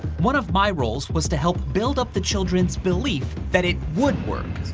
one of my roles was to help build up the children's belief that it would work.